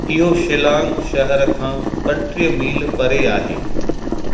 इहो शिलांग शहर खां पंटीह मील परे आहे